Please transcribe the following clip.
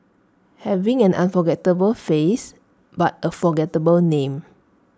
having an unforgettable face but A forgettable name